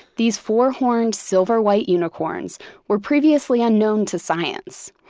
these four-horned, silver-white unicorns were previously unknown to science.